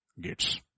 gates